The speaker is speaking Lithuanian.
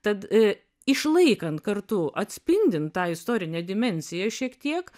tad išlaikant kartu atspindint tą istorinę dimensiją šiek tiek